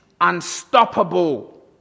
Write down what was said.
unstoppable